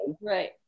right